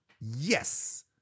Yes